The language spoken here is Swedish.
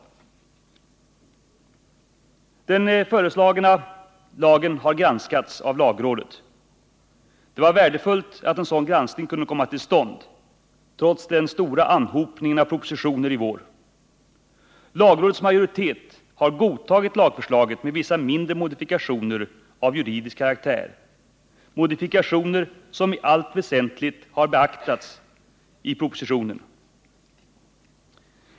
Den föreslagna lagen har granskats av lagrådet. Det var värdefullt att en sådan granskning kunde komma till stånd, trots den stora anhopningen av propositioner i vår. Lagrådets majoritet har godtagit lagförslaget med vissa mindre modifikationer av juridisk karaktär, modifikationer som i allt väsentligt har beaktats i propositionen.